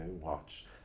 watch